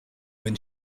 when